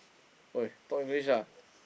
!oi! talk English lah